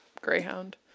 Greyhound